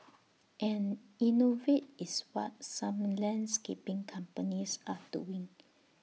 and innovate is what some landscaping companies are doing